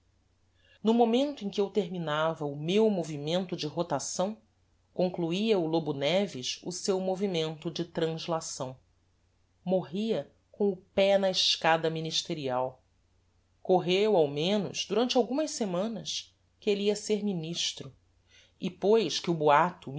no momento em que eu terminava o meu movimento de rotação concluia o lobo neves o seu movimento de translação morria com o pé na escada ministerial correu ao menos durante algumas semanas que elle ia ser ministro e pois que o boato